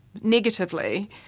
negatively